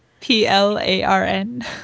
p-l-a-r-n